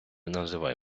називай